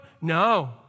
No